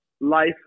life